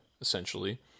essentially